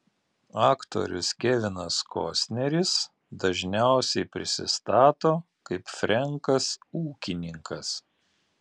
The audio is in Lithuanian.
aktorius kevinas kostneris dažniausiai prisistato kaip frenkas ūkininkas